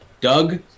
Doug